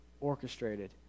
orchestrated